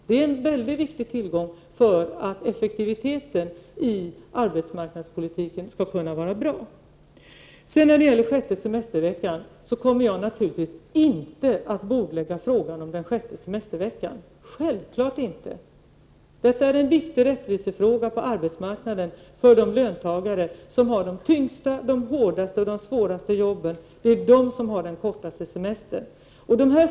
Det är en mycket viktig tillgång för effektiviteten i arbetsmarknadspolitiken. Jag kommer naturligtvis inte att bordlägga frågan om den sjätte semesterveckan. Detta är en viktig rättvisefråga på arbetsmarknaden för de löntagare som har de tyngsta, de hårdaste och de svåraste jobben. Det är de som har den kortaste semestern.